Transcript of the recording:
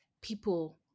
people